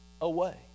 away